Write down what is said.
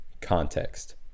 context